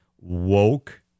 woke